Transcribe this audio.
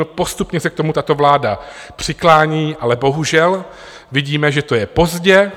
Postupně se k tomu tato vláda přiklání, ale bohužel vidíme, že to je pozdě.